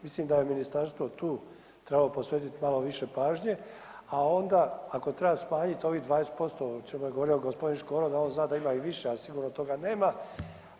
Mislim da je ministarstvo tu trebalo posvetiti malo više pažnje, a onda ako treba smanjiti ovih 20% o čemu je govorio gospodin Škoro, da on zna da ima i više, a sigurno toga nema.